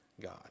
God